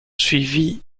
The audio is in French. suivies